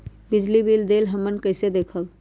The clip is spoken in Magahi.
बिजली बिल देल हमन कईसे देखब?